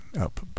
up